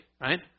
right